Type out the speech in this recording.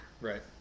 Right